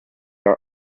are